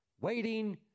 waiting